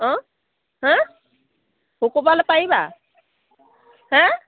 অঁ হা শুকুৰবাৰলৈ পাৰিবা হে